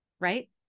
right